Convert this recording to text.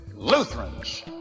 Lutherans